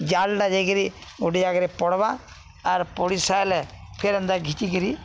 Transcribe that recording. ଜାଲଟା ଯାଇକିରି ଗୋଟେ ଯାଗାରେ ପଡ୍ବା ଆର୍ ପଡ଼ି ସାରଲେ ଫେର୍ ଏନ୍ତା ଘିତିକିରି